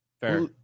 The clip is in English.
fair